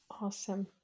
Awesome